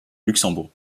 luxembourg